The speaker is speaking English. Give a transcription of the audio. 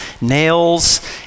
nails